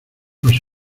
nos